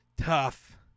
tough